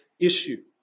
issue